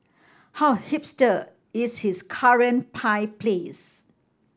how hipster is his current pie place